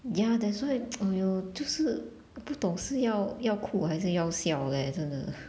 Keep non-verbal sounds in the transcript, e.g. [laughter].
ya that's why [noise] !aiyo! 就是我不懂是要要哭还是要笑的 leh 真的